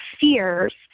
fears